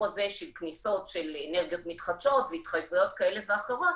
הזה של כניסות של אנרגיות מתחדשות והתחייבויות כאלה ואחרות